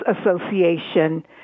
Association